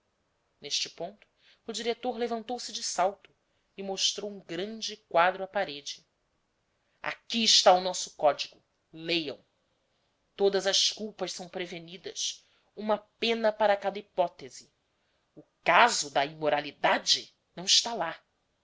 neste ponto o diretor levantou-se de salto e mostrou um grande quadro à parede aqui está o nosso código leiam todas as culpas são prevenidas uma pena para cada hipótese o caso da imoralidade não está lá